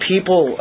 People